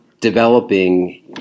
developing